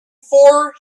for